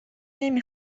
نمی